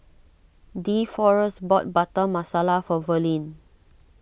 Deforest bought Butter Masala for Verlin